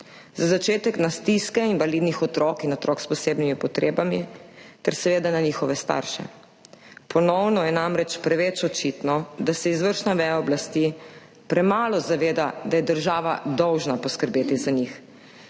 Za začetek na stiske invalidnih otrok in otrok s posebnimi potrebami ter seveda na njihove starše. Ponovno je namreč preveč očitno, da se izvršna veja oblasti premalo zaveda, da je država dolžna poskrbeti za njih,